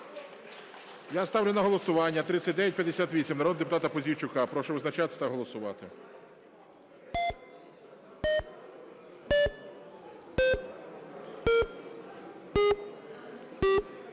Я ставлю на голосування 3958 народного депутата Пузійчука. Прошу визначатися та голосувати.